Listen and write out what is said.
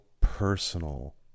personal